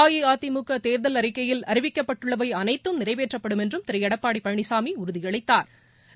அஇஅதிமுக தேர்தல் அறிக்கையில் அறிவிக்கப்பட்டுள்ளவை அனைத்தும் நிறைவேற்றப்படும் என்றும் திரு எடப்பாடி பழனிசாமி உறுதியளித்தாா்